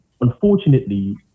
unfortunately